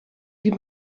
die